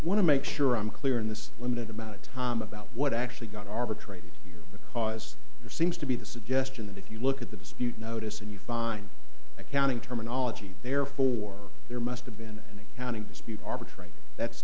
want to make sure i'm clear in this limited amount of time about what actually got arbitrated because there seems to be the suggestion that if you look at the dispute notice and you find accounting terminology therefore there must have been counting dispute arbitrary that's